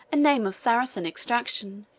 a name of saracen extraction,